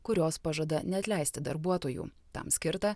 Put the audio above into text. kurios pažada neatleisti darbuotojų tam skirta